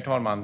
talman.